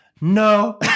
No